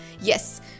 Yes